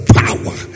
power